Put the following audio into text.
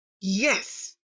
Yes